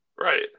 Right